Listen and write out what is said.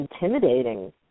intimidating